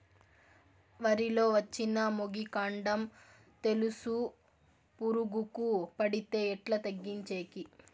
వరి లో వచ్చిన మొగి, కాండం తెలుసు పురుగుకు పడితే ఎట్లా తగ్గించేకి?